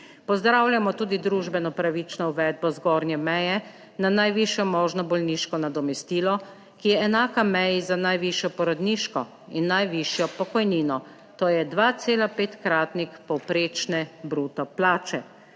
Pozdravljamo tudi družbeno pravično uvedbo zgornje meje na najvišjo možno bolniško nadomestilo, ki je enaka meji za najvišjo porodniško in najvišjo pokojnino, to je 2,5-kratnik povprečne bruto plače.